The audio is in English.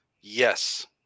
yes